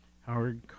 Howard